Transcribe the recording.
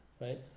right